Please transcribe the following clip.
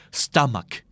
stomach